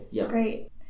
Great